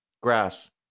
Grass